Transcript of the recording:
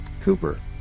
Cooper